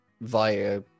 via